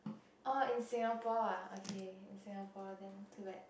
orh in Singapore ah okay in Singapore then too bad